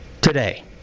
today